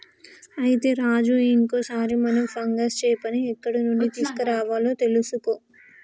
అయితే రాజు ఇంకో సారి మనం ఫంగస్ చేపని ఎక్కడ నుండి తీసుకురావాలో తెలుసుకో